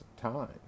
time